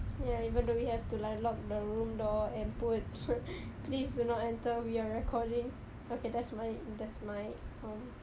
ya even though we have to like lock the room door and put please do not enter we are recording okay that's my that's my um